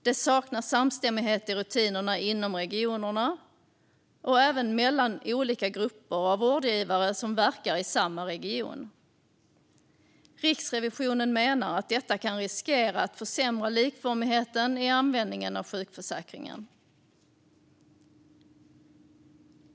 Det saknas samstämmighet i rutinerna inom regionerna och även mellan olika grupper av vårdgivare som verkar i samma region. Riksrevisionen menar att detta kan riskera att försämra likformigheten i användningen av sjukförsäkringen.